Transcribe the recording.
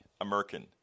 American